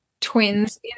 twins